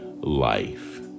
life